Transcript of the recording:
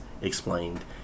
explained